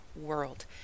world